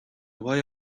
why